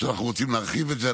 אנחנו רוצים להרחיב את זה.